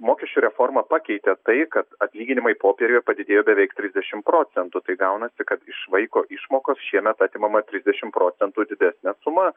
mokesčių reforma pakeitė tai kad atlyginimai popieriuje padidėjo beveik trisdešim procentų tai gaunasi kad iš vaiko išmokos šiemet atimama trisdešim procentų didesnė suma